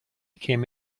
came